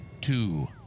Two